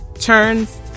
turns